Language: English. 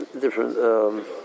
different